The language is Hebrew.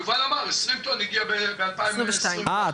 יובל אמר ש-20 טון הגיע בשנת 2021. אה,